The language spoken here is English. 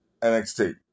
NXT